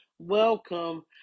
welcome